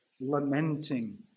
lamenting